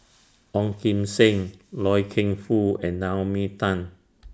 Ong Kim Seng Loy Keng Foo and Naomi Tan